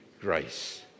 grace